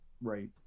right